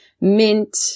mint